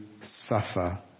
suffer